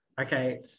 okay